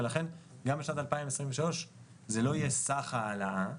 ולכן גם בשנת 2023 זה לא יהיה סך ההעלאה.